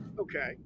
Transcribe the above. Okay